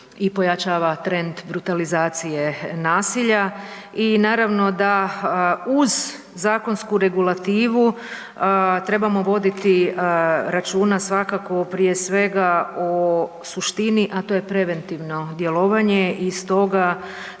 i pojačava trend brutalizacije nasilja. I naravno da uz zakonsku regulativu trebamo voditi računa svakako prije svega, o suštini, a to je preventivno djelovanje i stoga,